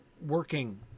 working